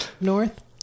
north